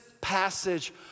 passage